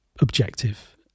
objective